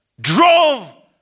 drove